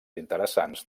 interessants